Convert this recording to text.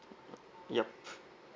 yup